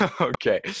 Okay